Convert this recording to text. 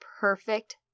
perfect